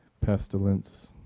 pestilence